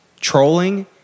trolling